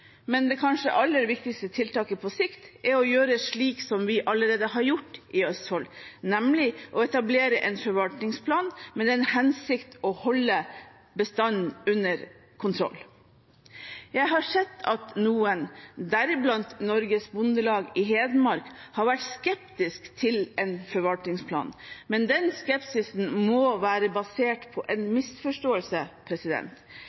men det kanskje aller viktigste tiltaket på sikt er å gjøre slik vi allerede har gjort i Østfold, nemlig å etablere en forvaltningsplan med den hensikt å holde bestanden under kontroll. Jeg har sett at noen, deriblant Norges Bondelag i Hedmark, har vært skeptiske til en forvaltningsplan, men den skepsisen må være basert på en